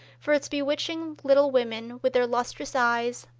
for its bewitching little women with their lustrous eyes,